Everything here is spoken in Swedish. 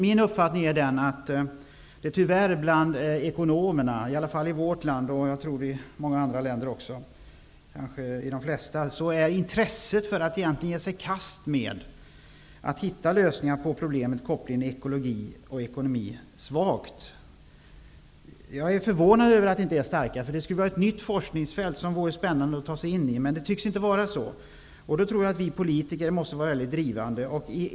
Min uppfattning är att intresset bland ekonomerna -- i alla fall i vårt land, och jag tror att det är så i många andra länder också, kanske i de flesta -- för att ge sig i kast med att hitta lösningar på problemet med kopplingen ekologi--ekonomi tyvärr är svagt. Jag är förvånad över att det inte är starkare. Det skulle vara ett nytt forskningsfält, som det vore spännande att ta sig in i. Men det tycks inte vara så. Då tror jag att vi politiker måste vara mycket drivande.